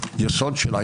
בסופו של דבר,